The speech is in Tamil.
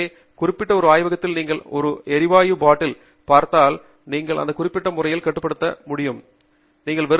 எனவே எப்போது ஒரு ஆய்வகத்தில் நீங்கள் ஒரு எரிவாயு பாட்டில் பார்த்தால் நீங்கள் இந்த குறிப்பிட்ட முறையில் கட்டுப்படுத்தப்படுவதை பார்க்க வேண்டும்